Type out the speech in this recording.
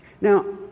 now